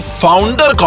founder